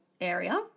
area